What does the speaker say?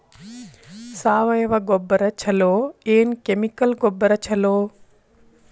ಸಾವಯವ ಗೊಬ್ಬರ ಛಲೋ ಏನ್ ಕೆಮಿಕಲ್ ಗೊಬ್ಬರ ಛಲೋ?